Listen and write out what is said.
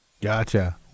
Gotcha